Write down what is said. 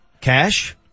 cash